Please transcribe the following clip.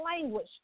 language